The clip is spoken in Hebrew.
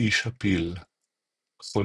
איש הפיל חולית